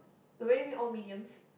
what do you mean all mediums